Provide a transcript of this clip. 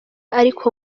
ariko